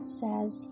says